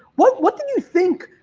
what what did you think?